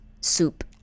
soup